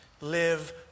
Live